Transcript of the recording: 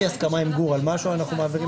אנחנו פותחים את ישיבת הוועדה המשותפת לטובת הצבעה